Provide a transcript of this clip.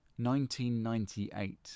1998